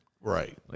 Right